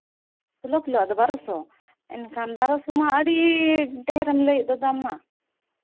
ᱥᱳᱞᱳ ᱠᱤᱞᱳᱣᱟᱜ ᱫᱚ ᱵᱟᱨᱚᱥᱚ ᱮᱱᱠᱷᱟᱱ ᱵᱟᱨᱚᱥᱚ ᱢᱟ ᱟᱹᱰᱤ ᱰᱷᱮᱨᱮᱢ ᱞᱟᱹᱭᱮᱫ ᱫᱚ ᱫᱟᱢ ᱢᱟ